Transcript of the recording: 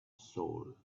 soul